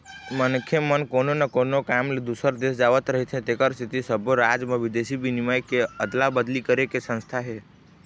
मनखे मन कोनो न कोनो काम ले दूसर देश जावत रहिथे तेखर सेती सब्बो राज म बिदेशी बिनिमय के अदला अदली करे के संस्था हे